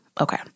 Okay